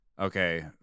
okay